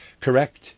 Correct